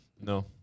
No